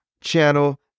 channel